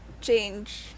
change